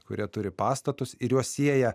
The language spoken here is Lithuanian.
kurie turi pastatus ir juos sieja